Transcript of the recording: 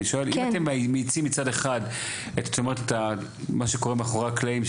האם אתם מאיצים מצד אחד את מה שקורה מאחורי הקלעים,